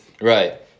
Right